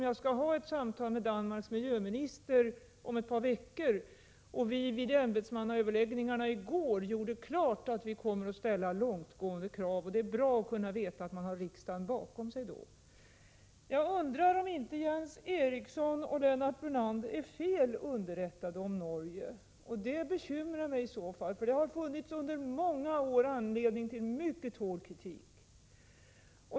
Jag skall ha ett samtal med Danmarks miljöminister om ett par veckor, och vid ämbetsmannaöverläggningarna i går klargjordes att Sverige kommer att ställa långtgående krav. Det är då bra att veta att jag har riksdagen bakom mig. Jag undrar om inte Jens Eriksson och Lennart Brunander är felunderrättade om Norge, och det bekymrar mig i så fall. Det har under många år funnits anledning till mycket hård kritik.